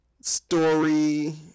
story